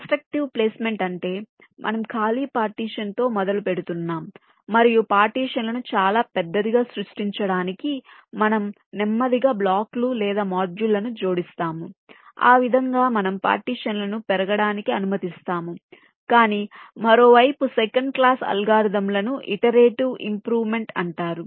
constructive placement అంటే మనం ఖాళీ పార్టీషన్ తో మొదలుపెడుతున్నాం మరియు పార్టీషన్ లను చాలా పెద్దదిగా సృష్టించడానికి మనము నెమ్మదిగా బ్లాక్లు లేదా మాడ్యూళ్ళను జోడిస్తాము ఆ విధంగా మనము పార్టీషన్ లను పెరగడానికి అనుమతిస్తాము కానీ మరోవైపు సెకండ్ క్లాస్ అల్గోరిథంలను ఇటరేటివ్ ఇంప్రూవ్మెంట్ అంటారు